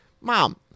Mom